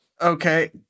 Okay